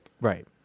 right